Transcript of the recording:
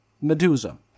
Medusa